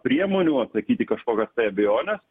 priemonių atsakyti į kažkokias tai abejones